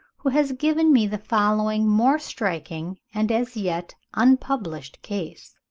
who has given me the following more striking and as yet unpublished case.